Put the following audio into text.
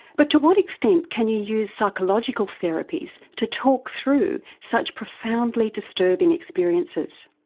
but to what extent can you use psychological therapies to talk through such profoundly disturbing experiences?